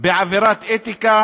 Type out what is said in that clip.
בעבירת אתיקה,